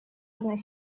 одной